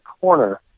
corner